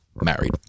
Married